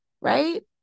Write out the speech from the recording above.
right